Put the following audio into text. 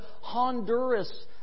Honduras